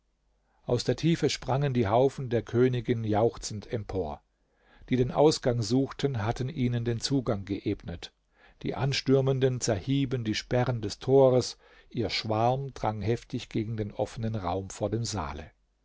aus der tiefe sprangen die haufen der königin jauchzend empor die den ausgang suchten hatten ihnen den zugang geebnet die anstürmenden zerhieben die sperren des tores ihr schwarm drang heftig gegen den offenen raum vor dem saale